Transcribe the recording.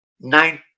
nine